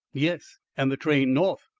yes, and the train north.